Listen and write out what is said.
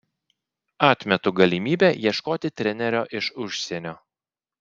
atmetu galimybę ieškoti trenerio iš užsienio